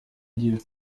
lieux